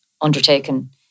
undertaken